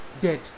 dead